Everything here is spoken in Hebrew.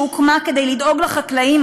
שהוקמה כדי לדאוג לחקלאים,